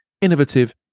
innovative